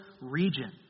region